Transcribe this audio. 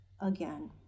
again